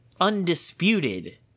undisputed